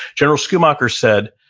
general schoomaker said,